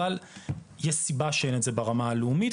אבל יש סיבה שאין את זה ברמה הלאומית,